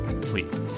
Please